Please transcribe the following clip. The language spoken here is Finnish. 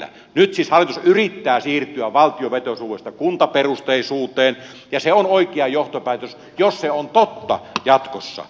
nyt siis hallitus yrittää siirtyä valtiovetoisuudesta kuntaperusteisuuteen ja se on oikea johtopäätös jos se on totta jatkossa